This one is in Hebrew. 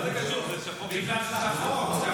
אין נמנעים, נוכח אחד.